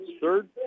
third